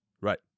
Right